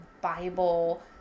Bible